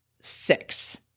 six